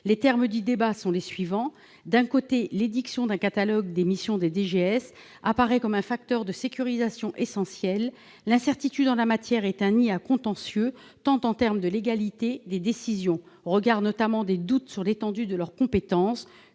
Les termes du débat sont les suivants. D'un côté, l'édiction d'un catalogue des missions des DGS apparaît comme un facteur de sécurisation essentiel. L'incertitude en la matière est un nid à contentieux, tant en termes de légalité des décisions, au regard notamment des doutes sur l'étendue de leurs compétences,